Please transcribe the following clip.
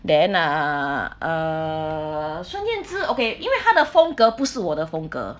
then err err 孙燕姿 okay 因为她的风格不是我的风格